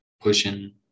Pushing